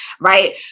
right